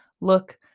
look